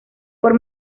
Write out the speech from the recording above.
por